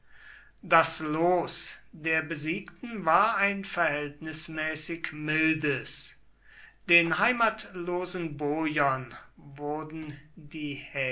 das los der besiegten war ein verhältnismäßig mildes den heimatlosen boiern wurden die